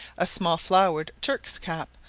a small flowered turk's-cap,